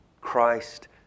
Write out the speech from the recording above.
Christ